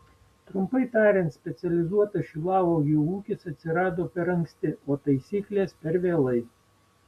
trumpai tariant specializuotas šilauogių ūkis atsirado per anksti o taisyklės per vėlai